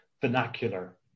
vernacular